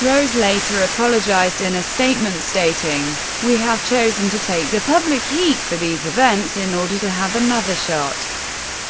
rose later apologized in a statement, stating we have chosen to take the public heat for these events in order to have another shot